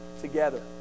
together